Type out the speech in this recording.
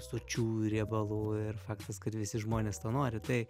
sočiųjų riebalų ir faktas kad visi žmonės to nori tai